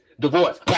Divorce